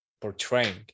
portraying